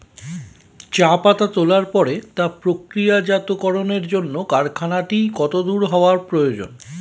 চা পাতা তোলার পরে তা প্রক্রিয়াজাতকরণের জন্য কারখানাটি কত দূর হওয়ার প্রয়োজন?